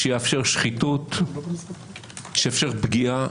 שיאפשר שחיתות, שיאפשר פגיעה.